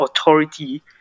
authority